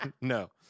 No